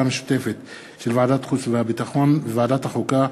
המשותפת של ועדת החוץ והביטחון וועדת החוקה,